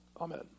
Amen